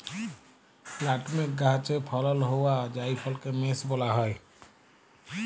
nutmeg গাহাচে ফলল হউয়া জাইফলকে মেস ব্যলা হ্যয়